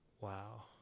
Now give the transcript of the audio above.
Wow